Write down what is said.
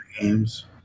games